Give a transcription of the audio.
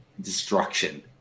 destruction